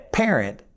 parent